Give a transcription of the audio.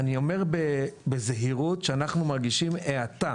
אני אומר בזהירות שאנחנו מרגישים האטה